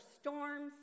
storms